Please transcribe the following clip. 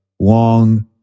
long